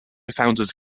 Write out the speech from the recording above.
founders